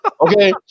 Okay